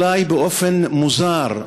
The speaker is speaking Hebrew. אולי באופן מוזר,